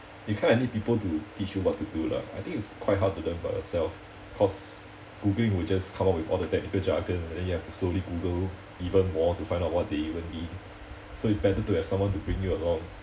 you kind of need people to teach you what to do lah I think it's quite hard to learn by yourself cause googling would just come up with all the technical jargon then you know have to slowly google even more to find out what they even mean so it's better to have someone to bring you along